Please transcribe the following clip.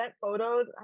photos